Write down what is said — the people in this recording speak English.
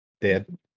dead